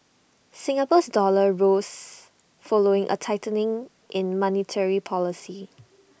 Singapore's dollar rose following A tightening in monetary policy